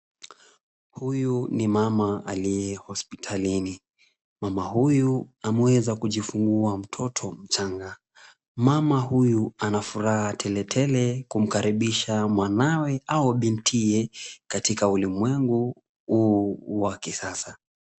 Huyu ni mama aliye hospitalini. Mama huyu ameweza kujifungua mtoto mchanga. Mama huyu anafuraha teletele kumkaribisha mwanawe au bintiye katika ulimwengu huu wa kisasa.